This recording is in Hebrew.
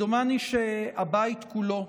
דומני שהבית כולו,